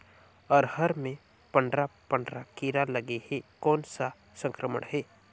अरहर मे पंडरा पंडरा कीरा लगे हे कौन सा संक्रमण हे?